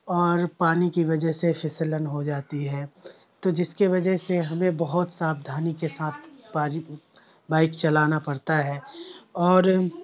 اور پانی کی وجہ سے فسلن ہو جاتی ہے تو جس کے وجہ سے ہمیں بہت سابدھانی کے ساتھ پاجی بائک چلانا پڑتا ہے اور